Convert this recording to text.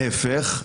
להפך,